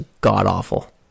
god-awful